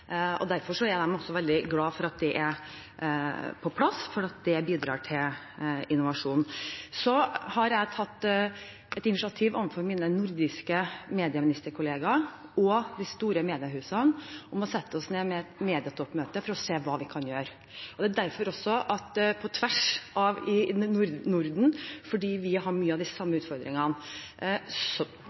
er på plass, fordi det bidrar til innovasjon. Så har jeg tatt et initiativ overfor mine nordiske medieministerkollegaer og de store mediehusene om å sette oss ned i et medietoppmøte for å se hva vi kan gjøre – altså på tvers i Norden – fordi vi har mye av de samme utfordringene.